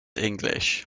english